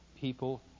people